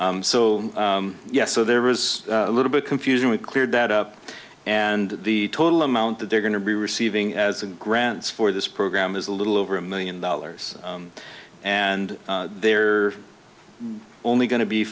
so yes so there was a little bit confusing we cleared that up and the total amount that they're going to be receiving as a grants for this program is a little over a million dollars and they're only going to be